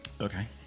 Okay